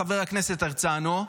חבר הכנסת הרצנו,